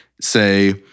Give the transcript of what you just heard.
say